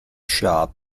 shop